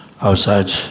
outside